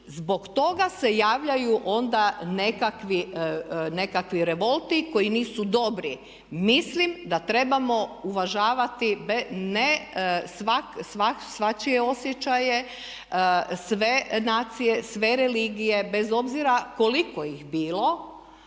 zbog toga se javljaju onda nekakvi revolti koji nisu dobri. Mislim da trebamo uvažavati ne svačije osjećaje, sve nacije, sve religije bez obzira koliko ih bilo,